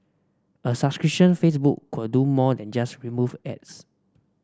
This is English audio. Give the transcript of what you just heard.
a subscription Facebook could do more than just remove ads